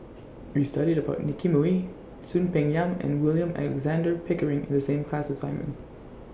We studied about Nicky Moey Soon Peng Yam and William Alexander Pickering in The same class assignment